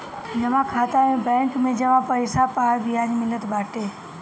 जमा खाता में बैंक में जमा पईसा पअ बियाज मिलत बाटे